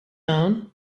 down